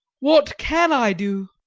what can i do?